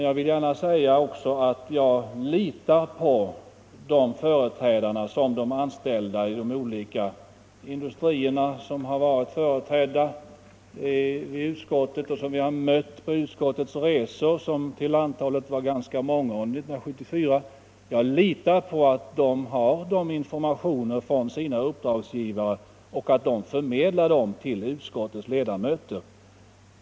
Jag vill också gärna säga att jag litar på de företrädare för anställda i olika industrier som har uppträtt inför utskottet och som vi har mött på utskottets resor — vilka till antalet var ganska många under 1974. Jag utgår ifrån att de har fått erforderliga informationer från sina uppdragsgivare och att de förmedlar dem till utskottets ledamöter.